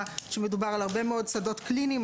שמדובר על הרבה מאוד שדות קליניים.